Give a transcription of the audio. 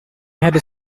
had